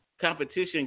competition